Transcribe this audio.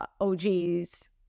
OG's